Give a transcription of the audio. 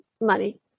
money